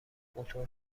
موتور